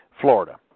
Florida